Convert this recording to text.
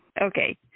Okay